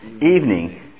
Evening